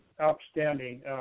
outstanding